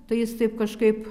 tai jis taip kažkaip